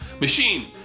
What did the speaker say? Machine